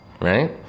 right